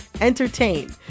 entertain